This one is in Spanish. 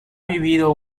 vivido